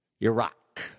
Iraq